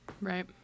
Right